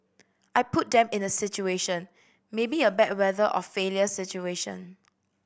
I put them in a situation maybe a bad weather or failure situation